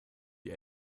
die